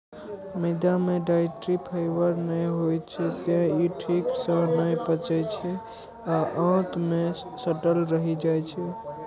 मैदा मे dietary fibre नै होइ छै, तें ई ठीक सं नै पचै छै आ आंत मे सटल रहि जाइ छै